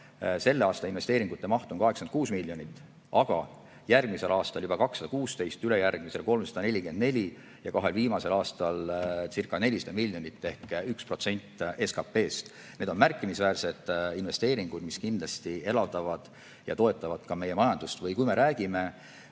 selle aasta investeeringute maht on 86 miljonit, aga järgmisel aastal juba 216, ülejärgmisel 344 ja kahel viimasel aastalcirca400 miljonit ehk 1% SKP-st. Need on märkimisväärsed investeeringud, mis kindlasti elavdavad ja toetavad ka meie majandust. Või kui me räägime